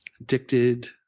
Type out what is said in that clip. Addicted